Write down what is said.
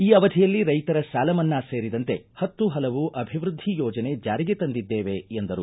ಈ ಅವಧಿಯಲ್ಲಿ ರೈತರ ಸಾಲ ಮನ್ನಾ ಸೇರಿದಂತೆ ಹತ್ತು ಹಲವು ಅಭಿವೃದ್ಧಿ ಯೋಜನೆ ಜಾರಿಗೆ ತಂದಿದ್ದೇವೆ ಎಂದರು